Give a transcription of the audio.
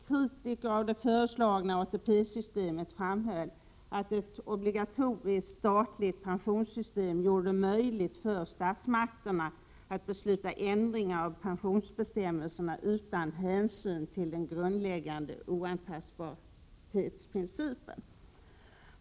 Kritiker av det föreslagna ATP-systemet framhöll att ett obligatoriskt statligt pensionssystem gjorde det möjligt för statsmakterna att besluta ändringar av pensionsbestämmelserna utan hänsyn till den grundläggande oantastbarhetsprincipen.